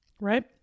right